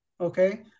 okay